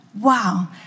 wow